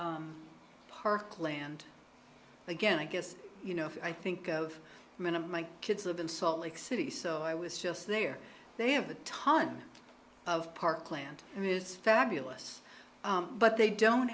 for parkland again i guess you know i think of a man of my kids live in salt lake city so i was just there they have a ton of parkland and it is fabulous but they don't